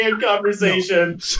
conversation